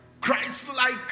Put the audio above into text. Christ-like